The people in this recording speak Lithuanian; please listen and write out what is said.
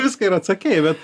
viską ir atsakei bet